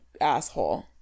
Asshole